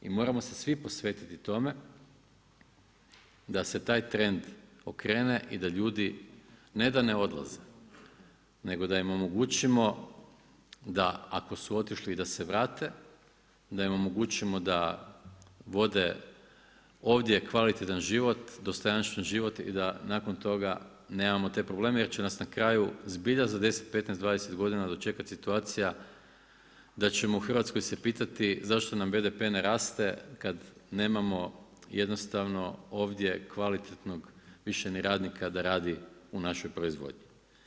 I moramo se svi posvetiti tome da se taj trend okrene i da ljudi ne da ne odlaze, nego da im omogućimo da ako su otišli da se vrate, da im omogućimo da vode ovdje kvalitetan život, dostojanstven život i da nakon toga nemamo te probleme jer će nas na kraju zbilja zadesiti 15, 20 godina dočekati situacija da ćemo u Hrvatskoj se pitati zašto nam BDP ne raste kad nemamo jednostavno ovdje kvalitetnog više ni radnika da radi u našoj proizvodnji.